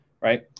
Right